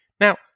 Now